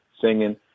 singing